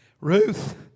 Ruth